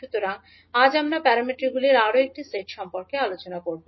সুতরাং আজ আমরা প্যারামিটারগুলির আরও একটি সেট সম্পর্কে আলোচনা করব